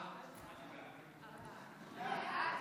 ההצעה